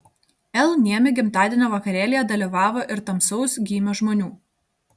l niemi gimtadienio vakarėlyje dalyvavo ir tamsaus gymio žmonių